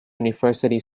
university